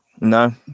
No